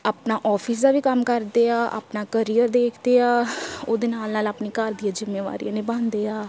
ਆਪਣਾ ਆਫਿਸ ਦਾ ਵੀ ਕੰਮ ਕਰਦੇ ਆ ਆਪਣਾ ਕਰੀਅਰ ਦੇਖਦੇ ਆ ਉਹਦੇ ਨਾਲ ਨਾਲ ਆਪਣੀ ਘਰ ਦੀਆਂ ਜਿੰਮੇਵਾਰੀਆਂ ਨਿਭਾਉਂਦੇ ਆ